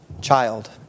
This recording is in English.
Child